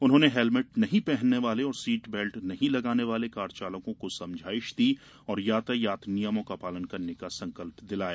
उन्होंने हेलमेट नहीं पहनने वाले और सीट बेल्ट नहीं लगाने वाले कार चालकों को समझाइश दी और यातायात नियमों का पालन करने का संकल्प दिलाया